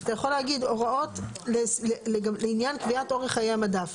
אז אתה יכול להגיד הוראות לעניין קביעת אורך חיי המדף.